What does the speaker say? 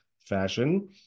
fashion